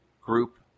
group